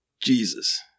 Jesus